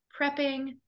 prepping